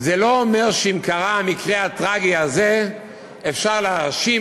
זה לא אומר שאם קרה המקרה הטרגי הזה אפשר להאשים